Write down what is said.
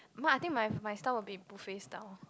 my I think my my style would be buffet style